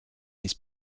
his